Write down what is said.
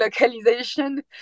localization